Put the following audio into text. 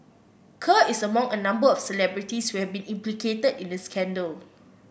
Kerr is among a number of celebrities who have been implicated in the scandal